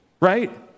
right